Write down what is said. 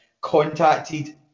contacted